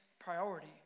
priority